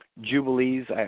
Jubilees